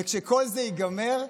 וכשכל זה ייגמר,